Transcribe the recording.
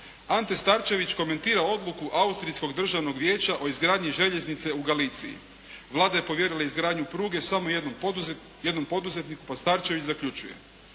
Ante Starčević komentira odluku austrijskog državnog vijeća o izgradnji željeznice u Galiciji. Vlada je povjerila izgradnju pruge samo jednom poduzetniku pa Starčević zaključuje: